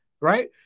right